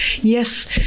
Yes